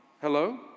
hello